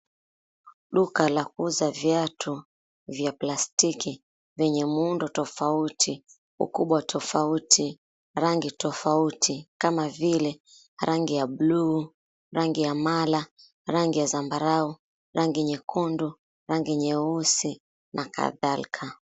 Duka la kuuza viatu vya plastiki vyenye muundo tofauti huku, ukubwa tofauti, rangi tofauti kama vile rangi ya buluu, rangi ya mala, rangi ya zambarau, rangi ya nyekundu, rangi nyeusi na kadhalika.